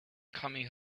coming